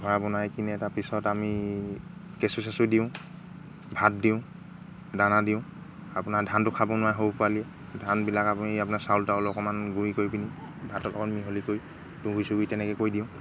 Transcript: ঘৰা বনাই কিনে তাৰপিছত আমি কেঁচু চেচু দিওঁ ভাত দিওঁ দানা দিওঁ আপোনাৰ ধানটো খাব নোৱাৰে সৰু পোৱালীয়ে ধানবিলাক আপুনি আপোনাৰ চাউল তাউল অকণমান গুৰি কৰি পিনি ভাতৰ লগত মিহলি কৰি তুঁহগুৰি চুহঁগুৰি তেনেকৈ কৰি দিওঁ